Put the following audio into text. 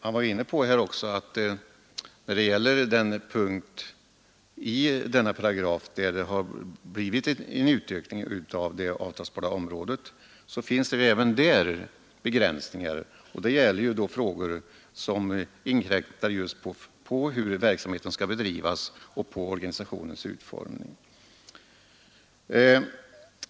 Han var emellertid också inne på att det i förslaget finns begränsningar när det gäller just den punkt i denna paragraf som har ändrats så att det blivit en utökning av det avtalsbara området. Inskränkningarna gäller frågor som inkräktar just på hur verksamheten skall bedrivas och på organisationens utformning.